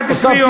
11 יום.